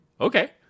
Okay